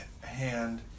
hand